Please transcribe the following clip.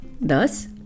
Thus